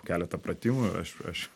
keletą pratimų ir aš aš